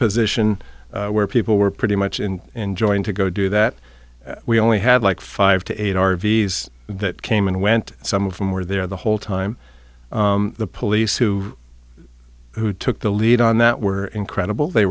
position where people were pretty much in enjoying to go do that we only had like five to eight r v s that came and went some of them were there the whole time the police who who took the lead on that were incredible they